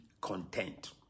content